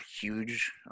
huge